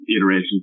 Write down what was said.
iterations